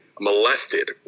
molested